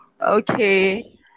Okay